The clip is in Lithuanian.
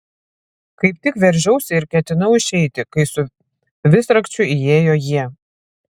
kaip tik veržiausi ir ketinau išeiti kai su visrakčiu įėjo jie